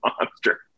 monster